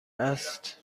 است